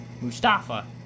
Mustafa